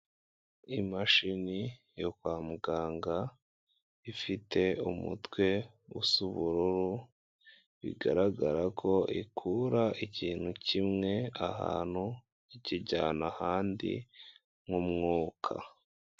Imashini yo kwa muganga ifite umutwe usa ubururu bigaragara ko ikura ikintu kimwe ahantu ikijyana ahandi nk'umwuka.